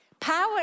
Power